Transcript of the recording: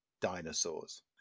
dinosaurs